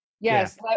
Yes